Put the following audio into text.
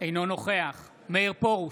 אינו נוכח מאיר פרוש,